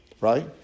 right